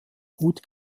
gut